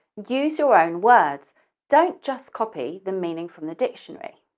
use your own words don't just copy the meaning from the dictionary.